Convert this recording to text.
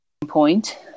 point